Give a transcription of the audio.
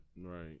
right